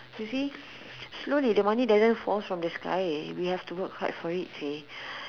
you see slowly the money doesn't fall from the sky we have to work hard for it see